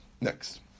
Next